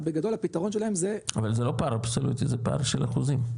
בגדול הפתרון שלהם זה -- אבל זה לא פער אבסולוטי זה פער של אחוזים.